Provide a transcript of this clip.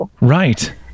Right